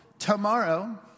Tomorrow